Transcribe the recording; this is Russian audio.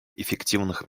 эффективных